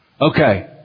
Okay